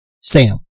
Sam